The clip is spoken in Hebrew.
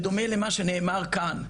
בדומה למה שנאמר כאן,